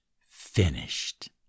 finished